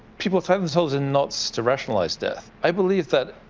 people find themselves in knots to rationalize death. i believe that.